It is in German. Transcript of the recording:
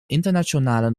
internationalen